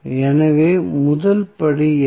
எனவே முதல் படி என்ன